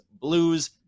Blues